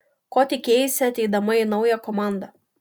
ko tikėjaisi ateidama į naują komandą